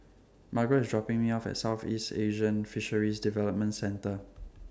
Margret IS dropping Me off At Southeast Asian Fisheries Development Centre